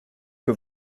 que